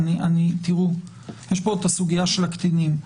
יש פה סוגיה של הקטינים.